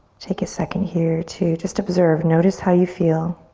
take a second here to just observe. notice how you feel.